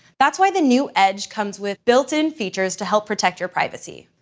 that's why the new edge comes with built-in features to help protect your privacy.